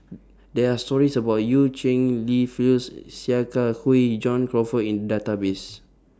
There Are stories about EU Cheng Li Phyllis Sia Kah Hui John Crawfurd in Database